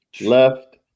left